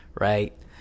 right